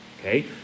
okay